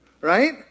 Right